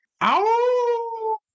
Ow